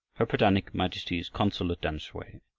her britannic majesty's consul at tamsui.